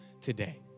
today